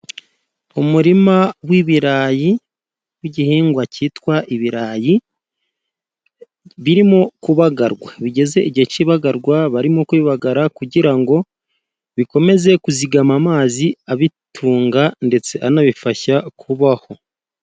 Umurima w'ibirayi, w 'igihingwa cyitwa ibirayi birimo kubagarwa, bigeze igihe kibagarwa, barimo kwibagara kugira ngo bikomeze kuzigama amazi abitunga ndetse anabifasha kubaho.